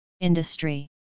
industry